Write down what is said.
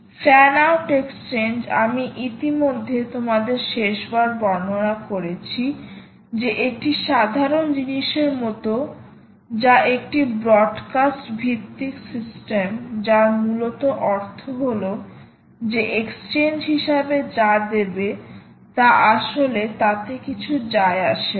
fan out exchange আমি ইতিমধ্যে তোমাদের শেষ বার বর্ণনা করেছি যে একটি সাধারণ জিনিসের মতো যা একটি ব্রডকাস্ট ভিত্তিক সিস্টেম যার মূলত অর্থ হল যে এক্সচেঞ্জ হিসাবে যা দেবে তা আসলে তাতে কিছু যায় আসে না